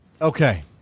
Okay